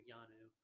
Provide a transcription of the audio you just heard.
Yanu